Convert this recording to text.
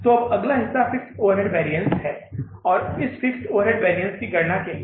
तो अब अगला हिस्सा फिक्स्ड ओवरहेड वैरिअन्स है और इस फिक्स्ड ओवरहेड वैरिअन्स की गणना के लिए